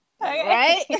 right